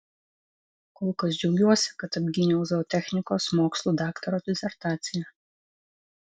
kol kas džiaugiuosi kad apgyniau zootechnikos mokslų daktaro disertaciją